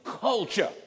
culture